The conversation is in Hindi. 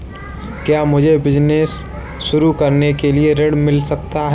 क्या मुझे बिजनेस शुरू करने के लिए ऋण मिल सकता है?